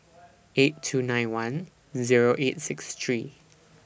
eight two nine one Zero eight six three